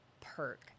perk